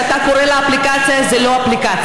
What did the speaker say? האפליקציה שאתה קורא לה אפליקציה זה לא אפליקציה,